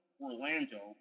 Orlando